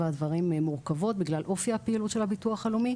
הדברים מורכבות בגלל אופי הפעילות של הביטוח הלאומי,